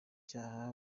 icyaha